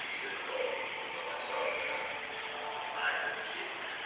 difficult for me to put myself in the the mind of a kid.